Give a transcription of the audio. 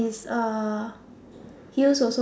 is uh heels also